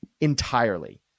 entirely